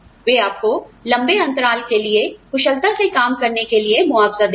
वे आपको लंबे अंतराल के लिए कुशलता से काम करने के लिए मुआवजा देंगे